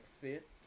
fit